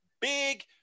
big